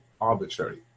arbitrary